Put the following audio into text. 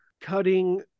cutting